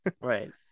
Right